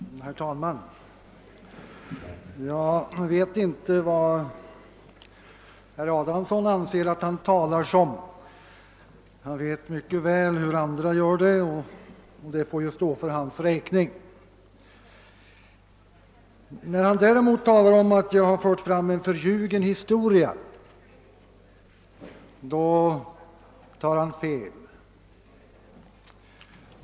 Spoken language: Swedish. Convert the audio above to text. Herr talman! Jag vet inte vad herr Adamsson. anser att han talar som. Han vet emellertid mycket väl hur andra talar, och det får stå för hans räkning. När herr Adamsson gör gällande att jag har fört fram en förljugen historia tar han fel.